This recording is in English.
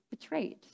betrayed